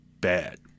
bad